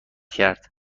کرد